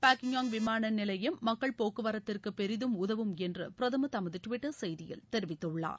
பாக்கியாங் விமான நிலையம் மக்கள்போக்குவரத்திற்கு பெரிதும் உதவும் என்று பிரதமர் தமது டுவிடடர் செய்தியில் தெரிவித்துள்ளாார்